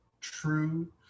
true